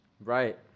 Right